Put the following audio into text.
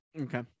okay